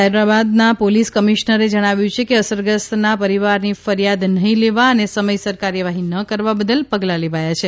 સાયબરાબાદના police કમિશ્નરે જણાવ્યું કે સરગ્રસ્તના પરીવારની ફરીયાદ નહી લેવા ને સમયસર કાર્યવાહી ન કરવા બદલ પગલાં લેવાયા છે